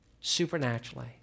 supernaturally